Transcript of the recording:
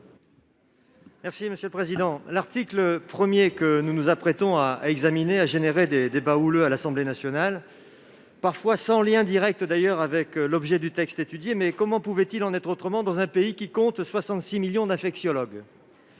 Demilly, sur l'article. L'article 1 que nous nous apprêtons à examiner a donné lieu à des débats houleux à l'Assemblée nationale, parfois sans lien direct d'ailleurs avec l'objet du texte étudié- comment pouvait-il en être autrement dans un pays qui compte 66 millions d'infectiologues ?